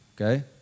okay